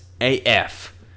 AF